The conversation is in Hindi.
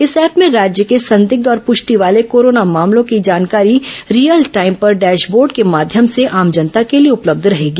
इस ऐप में राज्य के संदिग्ध और पुष्टि वाले कोरोनो मामलों के जानकारी रियल टाईम पर डैश बोर्ड के माध्यम से आम जनता के लिए उपलब्ध रहेगी